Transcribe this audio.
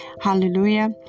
Hallelujah